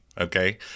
Okay